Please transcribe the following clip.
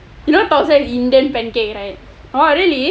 you know thosai is indian pancake right oh really